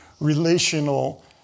relational